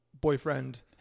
boyfriend